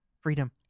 Freedom